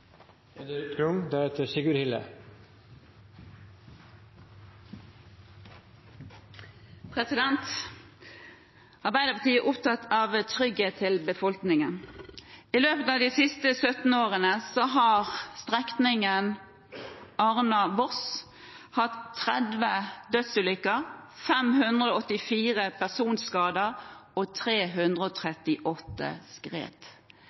Arbeiderpartiet er opptatt av trygghet for befolkningen. I løpet av de siste 17 årene har strekningen Arna–Voss hatt 30 dødsulykker, 584 personskadeulykker og 338 skred. Folk ferdes på denne veien, og